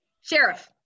Sheriff